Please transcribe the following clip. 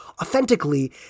authentically